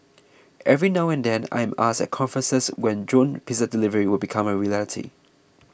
every now and then I am asked at conferences when drone pizza delivery will become a reality